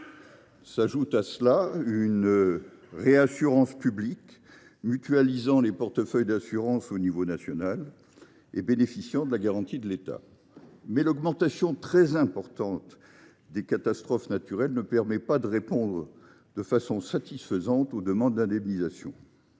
ajouter une réassurance publique mutualisant les portefeuilles d’assurance au niveau national et bénéficiant de la garantie de l’État. Or la hausse très significative des catastrophes naturelles ne permet plus de répondre de manière satisfaisante aux demandes d’indemnisation.